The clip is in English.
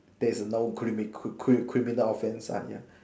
there's no grime cri~ cri~ criminal offence ah ya